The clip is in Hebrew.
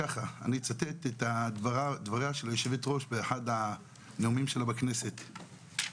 אני אצטט את דבריה של היושבת-ראש באחד הנאומים שלה בכנסת.